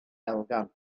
elgan